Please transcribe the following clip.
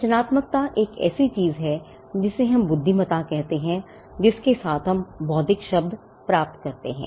रचनात्मकता एक ऐसी चीज है जिसे हम बुद्धिमत्ता कहते हैं जिसके साथ हम बौद्धिक शब्द प्राप्त करते हैं